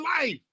life